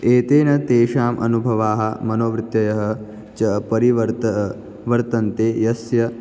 एतेन तेषाम् अनुभवाः मनोवृत्तयः च परिवर्तन्ते वर्तन्ते यस्य